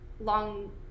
long